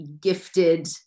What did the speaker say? gifted